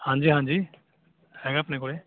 ਹਾਂਜੀ ਹਾਂਜੀ ਹੈਗਾ ਆਪਣੇ ਕੋਲ